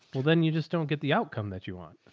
well then you just don't get the outcome that you want.